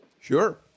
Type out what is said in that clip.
Sure